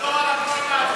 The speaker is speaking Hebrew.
תחזור על הכול מההתחלה.